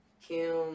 Kim